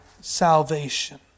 salvation